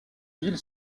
ville